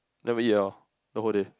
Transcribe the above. never eat at all the whole day